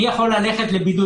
מי יכול ללכת לבידוד,